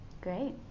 Great